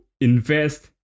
invest